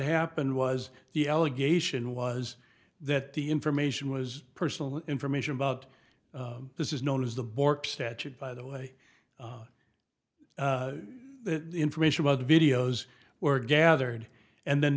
happened was the allegation was that the information was personal information about this is known as the bork statute by the way the information about the videos were gathered and then